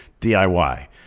DIY